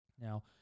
Now